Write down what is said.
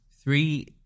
Three